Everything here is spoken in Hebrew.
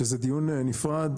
שזה דיון נפרד.